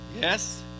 yes